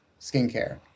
skincare